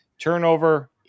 turnover